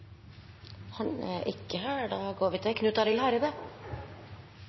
Han er ikke her, da gir vi ordet til Knut Arild